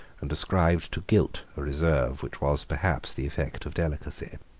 and ascribed to guilt a reserve which was perhaps the effect of delicacy.